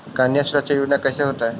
कन्या सुरक्षा योजना कैसे होतै?